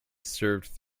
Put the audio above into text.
served